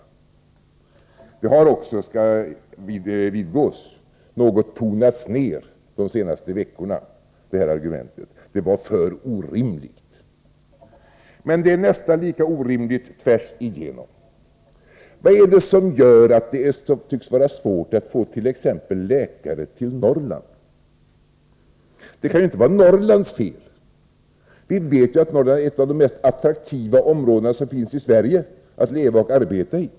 Det argumentet har också — det skall vidgås — något tonats ner de senaste veckorna. Argumentet var för orimligt. Men det är nästan lika orimligt tvärsigenom. Vad är det som gör att det tycks vara svårt att få läkare till t.ex. Norrland? Det kan inte vara Norrlands fel. Vi vet att Norrland är ett av de mest attraktiva områdena i Sverige att leva och arbeta i.